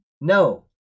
no